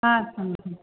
ಹಾಂ ಸ್ವಾಮೀಜಿ